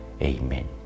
Amen